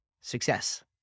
success